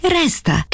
resta